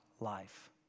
life